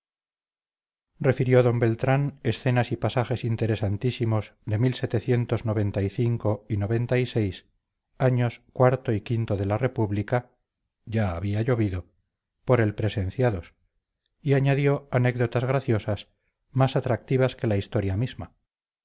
refirió d beltrán escenas y pasajes interesantísimos de y años iv y v de la república ya había llovido por él presenciados y añadió anécdotas graciosas más atractivas que la historia misma